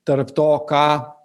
tarp to ką